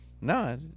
No